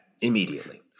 Immediately